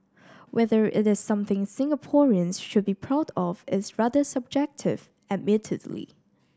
whether it is something Singaporeans should be proud of is rather subjective admittedly